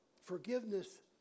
Forgiveness